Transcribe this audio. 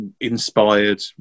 inspired